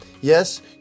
Yes